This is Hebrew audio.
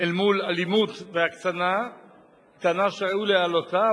אל מול אלימות והקצנה היא טענה שראוי להעלותה,